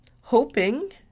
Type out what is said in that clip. hoping